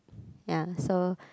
ya so